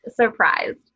surprised